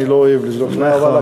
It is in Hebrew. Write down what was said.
אני לא אוהב לזרוק, נכון.